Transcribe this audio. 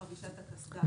הוא חבישת הקסדה.